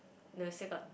no still got